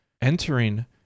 entering